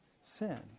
sin